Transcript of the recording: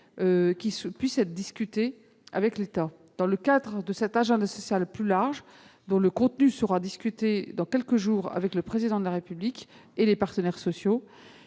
social élargi avec l'État. Dans le cadre de cet agenda social plus large, dont le contenu sera débattu dans quelques jours entre le Président de la République et les partenaires sociaux,